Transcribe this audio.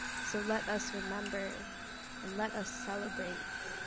so let us remember and let us celebrate.